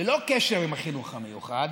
ללא קשר עם החינוך המיוחד,